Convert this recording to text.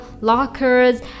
lockers